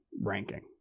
ranking